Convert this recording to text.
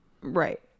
Right